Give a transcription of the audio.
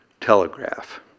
telegraph